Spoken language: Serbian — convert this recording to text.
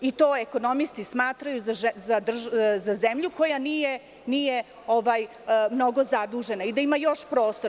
To ekonomisti smatraju za zemlju koja nije mnogo zadužena i da ima još mnogo prostora.